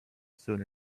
soon